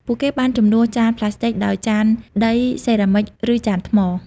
ពួកគេបានជំនួសចានប្លាស្ទិកដោយចានដីសេរ៉ាមិច ឬចានថ្ម។